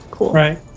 Right